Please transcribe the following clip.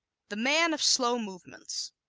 the man of slow movements